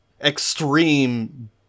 extreme